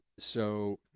so,